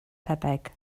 tebyg